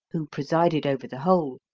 who presided over the whole,